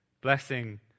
Blessing